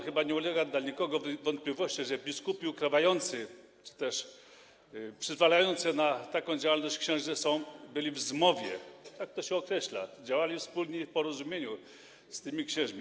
Chyba nie ulega dla nikogo wątpliwości, że biskupi ukrywający czy też przyzwalający na taką działalność księży są, byli w zmowie - tak to się określa - działali wspólnie i w porozumieniu z tymi księżmi.